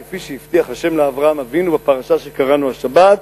כפי שהבטיח ה' לאברהם אבינו בפרשה שקראנו השבת: